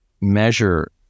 measure